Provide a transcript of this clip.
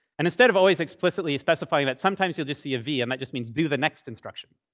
and instead of always explicitly specifying that, sometimes you'll just see a v, and that just means, do the next instruction,